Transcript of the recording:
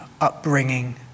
upbringing